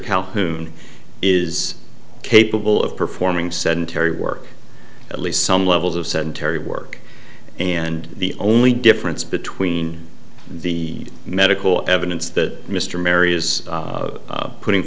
calhoun is capable of performing sedentary work at least some levels of sedentary work and the only difference between the medical evidence that mr mary is putting